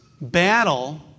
battle